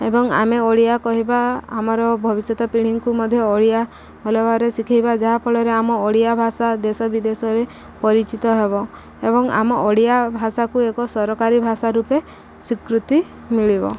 ଏବଂ ଆମେ ଓଡ଼ିଆ କହିବା ଆମର ଭବିଷ୍ୟତ ପିଢ଼ିଙ୍କୁ ମଧ୍ୟ ଓଡ଼ିଆ ଭଲ ଭାବରେ ଶିଖେଇବା ଯାହାଫଳରେ ଆମ ଓଡ଼ିଆ ଭାଷା ଦେଶ ବିଦେଶରେ ପରିଚିତ ହେବ ଏବଂ ଆମ ଓଡ଼ିଆ ଭାଷାକୁ ଏକ ସରକାରୀ ଭାଷା ରୂପେ ସ୍ୱୀକୃତି ମିଳିବ